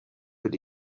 will